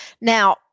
Now